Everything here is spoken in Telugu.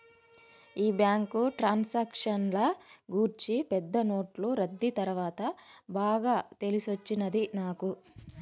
ఈ బ్యాంకు ట్రాన్సాక్షన్ల గూర్చి పెద్ద నోట్లు రద్దీ తర్వాత బాగా తెలిసొచ్చినది నాకు